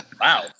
Wow